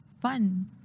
Fun